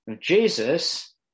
Jesus